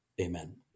Amen